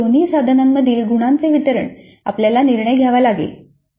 आता या दोन्ही साधनांमधील गुणांचे वितरण आपल्याला निर्णय घ्यावा लागेल